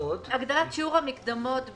בתקופה שמיום פרסומו של חוק זה ועד